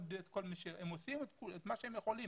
הם עושים את מה שהם יכולים,